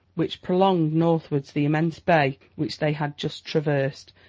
which prolonged northwards the immense bay which they had just traversed,